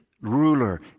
ruler